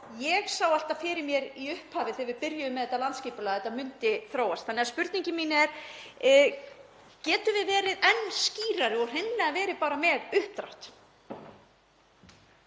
ég sá alltaf fyrir mér í upphafi þegar við byrjuðum með þetta landsskipulag og hvernig það myndi þróast. Þannig að spurningin mín er: Getum við verið enn skýrari og hreinlega verið bara með uppdrátt?